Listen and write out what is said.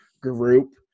group